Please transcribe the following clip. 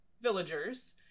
villagers